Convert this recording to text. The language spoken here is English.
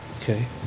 Okay